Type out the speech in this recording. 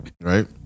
right